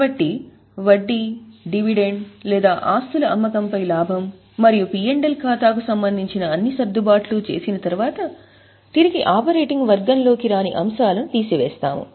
కాబట్టి వడ్డీ డివిడెండ్ లేదా ఆస్తుల అమ్మకంపై లాభం మరియు పి ఎల్ ఖాతాకు సంబంధించిన అన్ని సర్దుబాట్లు చేసిన తర్వాత తిరిగి ఆపరేటింగ్ వర్గం లో కి రాని అంశాలను తీసివేస్తాము